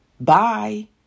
bye